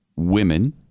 women